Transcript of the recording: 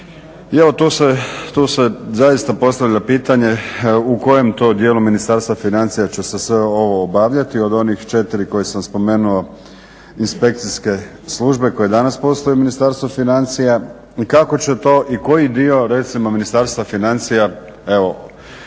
i evo tu se zaista postavlja pitanje u kojem to dijelu Ministarstva financija će se sve ovo obavljati od onih četiri koje sam spomenuo inspekcijske službe koje danas postoje u Ministarstvu financija i kako će to i koji dio recimo Ministarstva financija evo